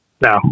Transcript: No